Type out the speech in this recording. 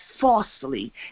falsely